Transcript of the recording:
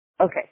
Okay